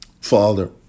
Father